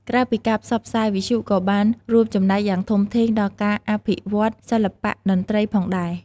ក្រៅពីការផ្សព្វផ្សាយ វិទ្យុក៏បានរួមចំណែកយ៉ាងធំធេងដល់ ការអភិវឌ្ឍសិល្បៈតន្ត្រី ផងដែរ។